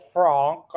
Frank